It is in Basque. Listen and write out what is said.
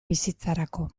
bizitzarako